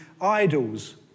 idols